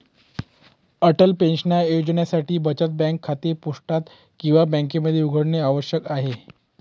Atal pension योजनेसाठी बचत bank खाते पोस्टात किंवा बँकेमध्ये उघडणे आवश्यक आहे